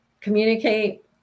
communicate